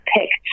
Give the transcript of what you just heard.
picked